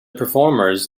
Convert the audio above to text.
performers